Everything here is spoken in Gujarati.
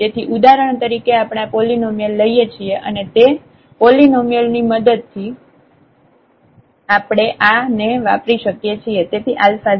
તેથી ઉદાહરણ તરીકે આપણે આ પોલીનોમિયલ લઈએ છીએ અને તે પોલિનિમિયલ ની મદદ થી આપણે આ ને વાપરી શકીએ છીએ